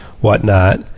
whatnot